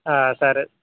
సరే